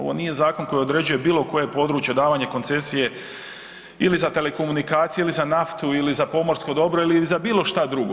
Ovo nije zakon koji određuje bilo koje područje, davanje koncesije ili za telekomunikacije ili za naftu ili za pomorsko dobro ili za bilo što drugo.